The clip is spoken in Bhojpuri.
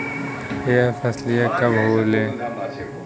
यह फसलिया कब होले?